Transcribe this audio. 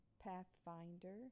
Pathfinder